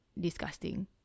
disgusting